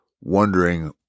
wondering